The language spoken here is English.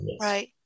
right